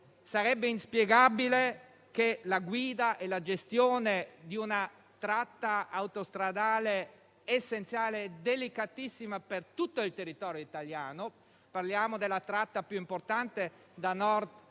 e impensabile che la guida e la gestione di una tratta autostradale essenziale, delicatissima per tutto il territorio italiano - parliamo della tratta più importante, da Nord